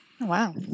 wow